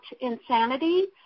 Insanity